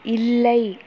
இல்லை